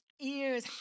ears